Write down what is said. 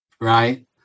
right